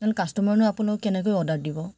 নহ'লে কাষ্টমাৰেনো আপোনোক কেনেকৈ অৰ্ডাৰ দিব